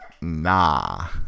nah